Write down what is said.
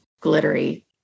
glittery